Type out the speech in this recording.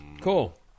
Cool